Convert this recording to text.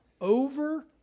over